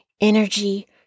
energy